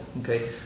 Okay